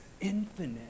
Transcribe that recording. infinite